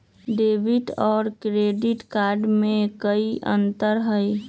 Debit और credit card में कई अंतर हई?